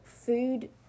Food